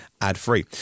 ad-free